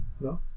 no